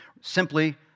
Simply